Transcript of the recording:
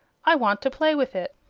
i want to play with it.